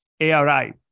ARI